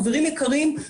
חברים יקרים,